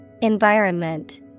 Environment